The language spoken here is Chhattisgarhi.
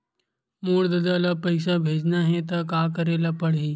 मोर ददा ल पईसा भेजना हे त का करे ल पड़हि?